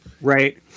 right